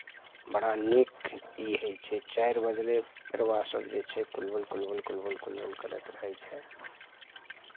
बड़ा नीक ई होइ छै चारि बजलै परबासभ जे छै कुलबुल कुलबुल कुलबुल कुलबुल करैत रहै छै